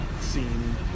Scene